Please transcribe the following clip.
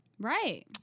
Right